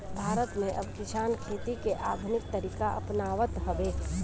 भारत में अब किसान खेती के आधुनिक तरीका अपनावत हवे